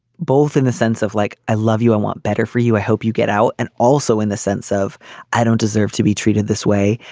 both in the sense of like i love you and want better for you i hope you get out. and also in the sense of i don't deserve to be treated this way.